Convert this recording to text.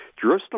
Jerusalem